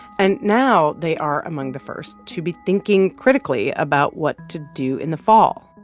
and now they are among the first to be thinking critically about what to do in the fall.